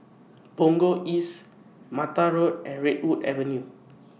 Punggol East Mata Road and Redwood Avenue